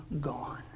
gone